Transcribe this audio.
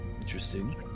interesting